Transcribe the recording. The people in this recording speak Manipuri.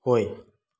ꯍꯣꯏ